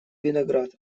виноград